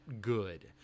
good